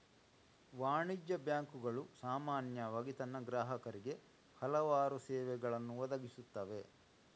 ವಾಣಿಜ್ಯ ಬ್ಯಾಂಕುಗಳು ಸಾಮಾನ್ಯವಾಗಿ ತನ್ನ ಗ್ರಾಹಕರಿಗೆ ಹಲವಾರು ಸೇವೆಗಳನ್ನು ಒದಗಿಸುತ್ತವೆ